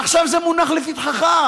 עכשיו זה מונח לפתחך,